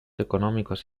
económicos